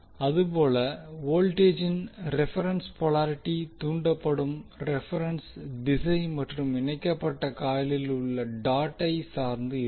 அதுபோல மியூட்சுவல் வோல்டேஜின் reference polarity தூண்டப்படும் கரன்டின் ரெபரென்ஸ் திசை மற்றும் இணைக்கப்பட்ட காயிலில் உள்ள டாட் ஐ சார்ந்து இருக்கும்